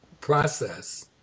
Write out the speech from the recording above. process